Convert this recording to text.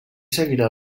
seguirà